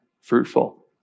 fruitful